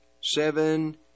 seven